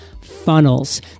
funnels